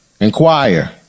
inquire